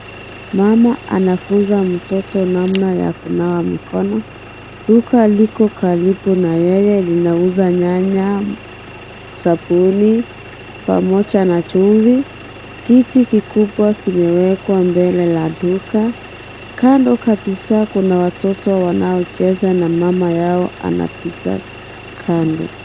Mama anafunza mtoto namna ya kunawa mikono duka liko karibu na yeye linauza nyanya, sabuni pamoja na chumvi, kiti kikubwa kimewekwa mbele la duka kando kabisa kuna watoto wanaocheza na mama yao anapita kando.